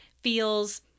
feels